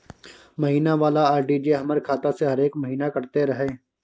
महीना वाला आर.डी जे हमर खाता से हरेक महीना कटैत रहे?